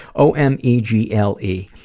o m e g l e.